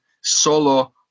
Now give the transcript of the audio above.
solo